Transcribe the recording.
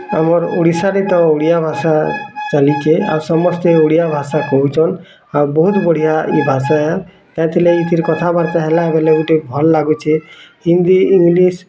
ଆମର୍ ଓଡ଼ିଶାରେ ତ ଓଡ଼ିଆ ଭାଷା ଚାଲିଛେ ଆଉ ସମସ୍ତେ ଓଡ଼ିଆ ଭାଷା କହୁଛନ୍ ଆଉ ବହୁତ ବଢ଼ିଆ ଏଇ ଭାଷା ତାକି ନେଇକରି କଥାବାର୍ତ୍ତା ହେଲା ବୋଲେ ଗୁଟେ ଭଲ୍ ଲାଗୁଛି ହିନ୍ଦୀ ଇଂଲିଶ୍